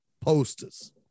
posters